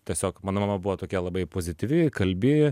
tiesiog mano mama buvo tokia labai pozityvi kalbi